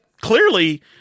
clearly